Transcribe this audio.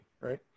right